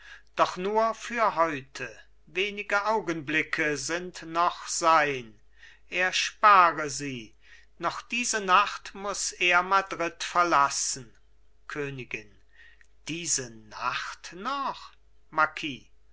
doch nur für heute wenig augenblicke sind noch sein er spare sie noch diese nacht muß er madrid verlassen königin diese nacht noch